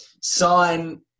sign